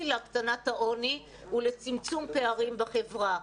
להקטנת העוני ולצמצום פערים בחברה.